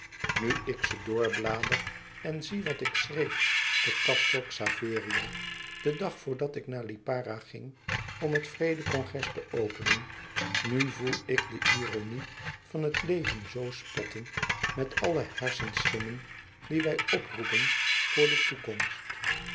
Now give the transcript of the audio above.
nu ik ze doorblader en zie wat ik schreef te castel xaveria den dag voordat ik naar lipara ging om het vrede congres te openen nu voel ik de ironie van het leven zoo spotten met alle hersenschimmen die wij oproepen voor de toekomst